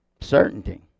Certainty